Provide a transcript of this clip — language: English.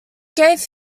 gave